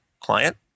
client